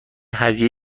هدیه